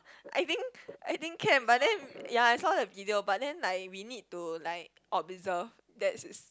I think I think can but then ya as long have video but then like we need to like observe that is